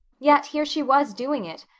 yet here she was doing it.